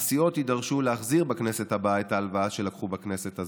הסיעות יידרשו להחזיר בכנסת הבאה את ההלוואה שלקחו בכנסת הזאת,